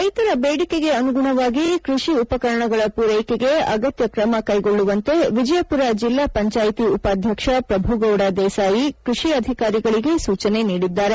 ರೈತರ ಬೇದಿಕೆಗೆ ಅನುಗುಣವಾಗಿ ಕೃಷಿ ಉಪಕರಣಗಳ ಪೂರೈಕೆಗೆ ಅಗತ್ಯ ಕ್ರಮ ಕೈಗೊಳ್ಳುವಂತೆ ವಿಜಯಪುರ ಜಿಲ್ಲಾ ಪಂಚಾಯತಿ ಉಪಾಧ್ಯಕ್ಷ ಪ್ರಭುಗೌದ ದೇಸಾಯಿ ಕೃಷಿ ಅಧಿಕಾರಿಗಳಿಗೆ ಸೂಚನೆ ನೀಡಿದ್ದಾರೆ